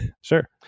sure